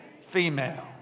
female